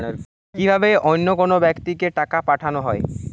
কি ভাবে অন্য কোনো ব্যাক্তিকে টাকা পাঠানো হয়?